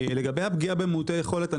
לגבי הפגיעה במעוטי יכולת,